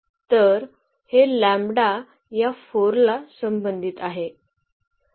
तर हे या 4 ला संबंधित आहे